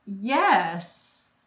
Yes